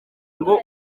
ngo